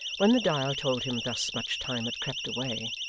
when the dial told him thus much time had crept away,